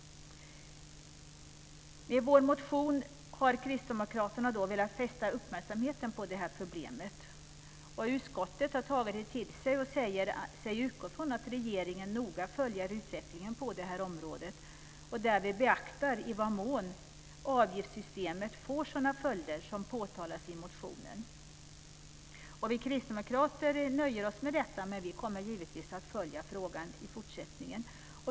Med vår motion har vi i Kristdemokraterna velat fästa uppmärksamheten på detta problem. Utskottet har tagit det till sig, och säger sig utgå från att regeringen noga följer utvecklingen på området och därvid beaktar i vad mån avgiftssystemet får sådana följder som påtalas i motionen. Vi kristdemokrater nöjer oss med detta, men vi kommer givetvis att följa frågan i fortsättningen.